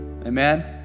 amen